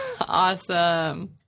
Awesome